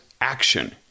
action